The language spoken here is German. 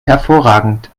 hervorragend